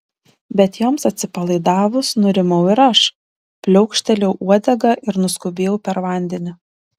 bet joms atsipalaidavus nurimau ir aš pliaukštelėjau uodega ir nuskubėjau per vandenį